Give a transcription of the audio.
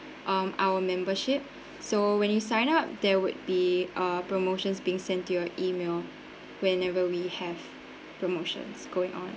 um our membership so when you sign up there would be a promotions being send to your email whenever we have promotions going on